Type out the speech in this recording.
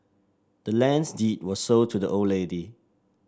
the land's deed was sold to the old lady